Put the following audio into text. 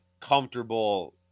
comfortable